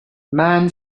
man